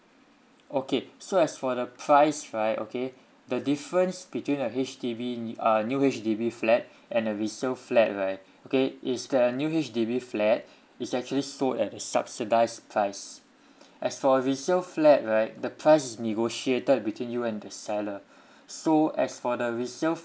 okay so as for the price right okay the difference between a H_D_B new uh new H_D_B flat and a resale flat right okay is that a new H_D_B flat it's actually sold at a subsidised price as for resale flat right the price is negotiated between you and the seller so as for the resale